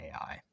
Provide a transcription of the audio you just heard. AI